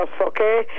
okay